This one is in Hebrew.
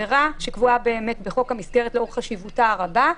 העבירה שקבועה בחוק המסגרת לאור חשיבותה הרבה,